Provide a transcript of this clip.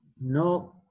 no